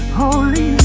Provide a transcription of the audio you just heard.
holy